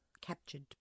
captured